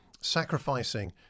sacrificing